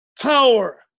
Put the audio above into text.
Power